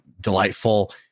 delightful